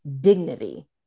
dignity